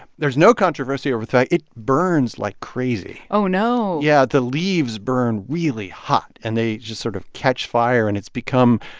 there's no controversy over the fact it burns like crazy oh, no yeah. the leaves burn really hot, and they just sort of catch fire. and it's become,